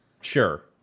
Sure